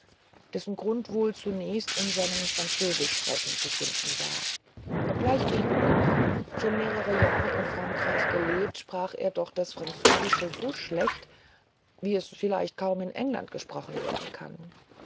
dessen grund wohl zunächst in seinem französischsprechen zu finden war obgleich bellini schon mehre jahre in frankreich gelebt sprach er doch das französische so schlecht wie es vielleicht kaum in england gesprochen werden kann